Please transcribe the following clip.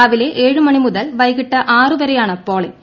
രാവിലെ ഏഴു മണി മുതൽ വൈകിട്ട് ആറുവരെയാണ് പോളിംഗ്